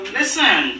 Listen